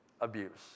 abuse